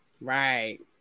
Right